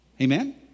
Amen